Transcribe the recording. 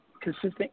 Consistent